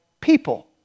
people